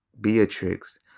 Beatrix